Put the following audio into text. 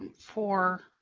for